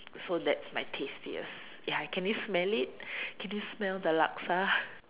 so that's my tastiest ya can you smell it can you smell the Laksa